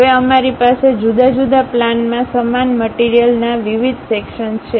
હવે અમારી પાસે જુદા જુદા પ્લેનમાં સમાન મટીરીયલના વિવિધ સેક્શનસ છે